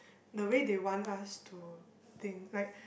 the way they want us to think like